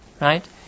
right